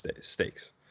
stakes